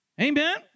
Amen